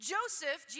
Joseph